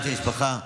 עד שהמשפחה,